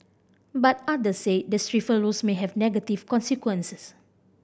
but others said the stiffer rules may have negative consequences